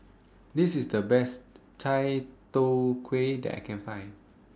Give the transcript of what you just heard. This IS The Best Chai Tow Kuay that I Can Find